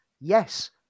Yes